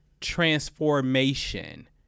Transformation